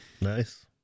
nice